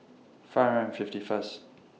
five hundred and fifty First